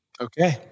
okay